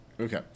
Okay